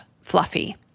Fluffy